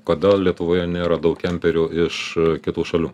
kodėl lietuvoje nėra daug kemperių iš kitų šalių